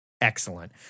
excellent